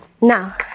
Now